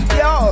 yo